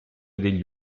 degli